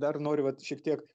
dar noriu vat šiek tiek